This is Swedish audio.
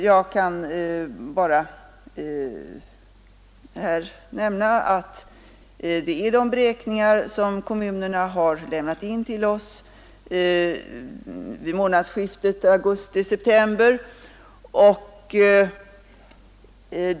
Jag kan bara nämna att beräkningen bygger på de uppgifter som kommunerna lämnade in vid månadsskiftet augusti — september.